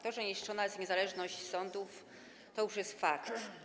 To, że niszczona jest niezależność sądów, to już jest fakt.